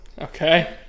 Okay